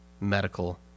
medical